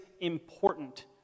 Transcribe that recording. important